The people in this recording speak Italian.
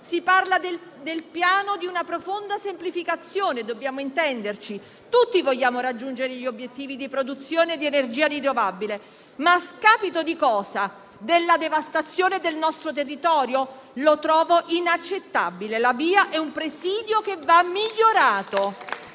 si parla nel Piano di una profonda semplificazione. Dobbiamo intenderci. Tutti vogliamo raggiungere gli obiettivi di produzione di energia rinnovabile, ma a scapito di cosa? Della devastazione del nostro territorio? Lo trovo inaccettabile. La VIA è un presidio che va migliorato,